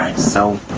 so.